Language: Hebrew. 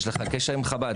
יש לך קשר עם חב"ד?